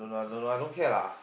I don't know I don't care lah